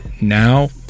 now